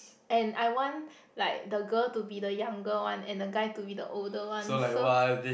and I want like the girl to be the younger one and the guy to be the older one so